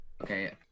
okay